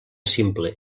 simple